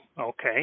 Okay